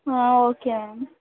okay